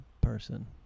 person